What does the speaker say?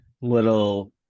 little